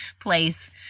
place